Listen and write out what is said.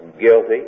guilty